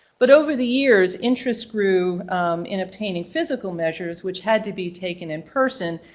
but over the years interest grew in obtaining physical measures which had to be taken in person.